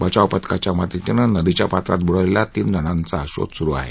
बचाव पथकाच्या मदतीने नदीच्या पात्रात बुडालेल्या तीन जणांची शोध सुरु आहे